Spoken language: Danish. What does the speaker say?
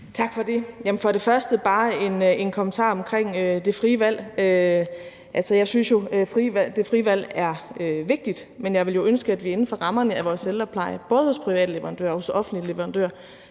Tak for det. Jamen først har jeg bare en kommentar til det med det frie valg. Altså, jeg synes jo, det frie valg er vigtigt, men jeg ville ønske, at vi inden for rammerne af vores ældrepleje – både hos private leverandører og hos offentlige leverandører